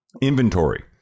inventory